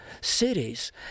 cities